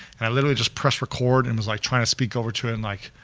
and i literally just pressed record and was like trying to speak over to him, like,